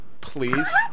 please